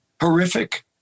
horrific